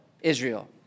Israel